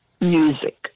Music